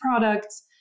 products